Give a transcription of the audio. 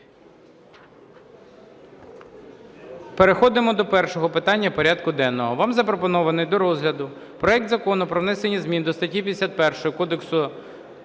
Переходимо до першого питання порядку денного: вам запропонований до розгляду проект Закону про внесення змін до статті 51 Кодексу